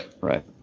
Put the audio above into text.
Right